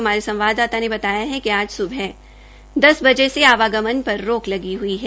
हमारे संवाददाता ने बताया कि आ सूबह दस ब े से आवागमन पर रोक लगी हई है